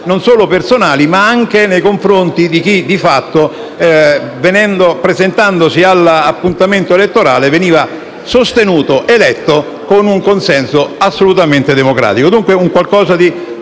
serie perplessità anche nei confronti di chi, di fatto, presentandosi all'appuntamento elettorale, veniva sostenuto, eletto con un consenso assolutamente democratico. Dunque è una cosa